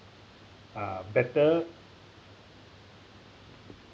uh better